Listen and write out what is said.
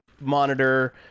monitor